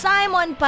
Simon